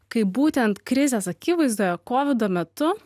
kaip būtent krizės akivaizdoje kovido metu